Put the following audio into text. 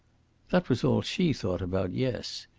that was all she thought about, yes.